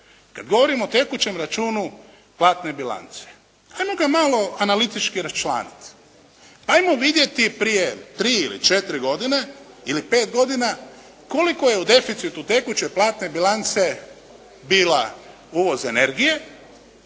kad govorimo o tekuću računu platne bilance ajmo ga malo analitički raščlaniti, ajmo vidjeti prije tri ili četiri godine, ili pet godina koliko je u deficitu tekuće platne bilance bio uvoz energije,